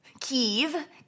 Kiev